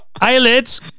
Eyelids